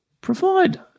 provide